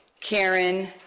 Karen